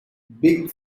big